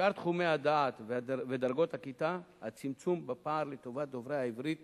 בשאר תחומי הדעת ודרגות הכיתה הצמצום בפער לטובת דוברי העברית